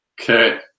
Okay